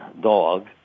dog